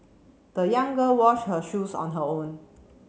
the young girl washed her shoes on her own